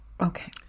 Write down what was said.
Okay